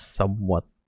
somewhat